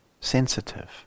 sensitive